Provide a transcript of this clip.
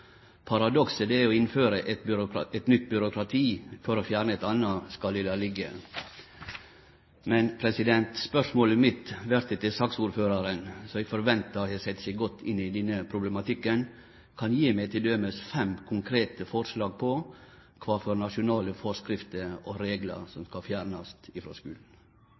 det er å innføre eit nytt byråkrati for å fjerne eit anna, skal eg la liggje. Spørsmålet mitt til saksordføraren – som eg forventar har sett seg godt inn i denne problematikken – er om ho kan gje meg t.d. fem konkrete forslag om kva for nasjonale forskrifter og reglar som skal fjernast frå skulen.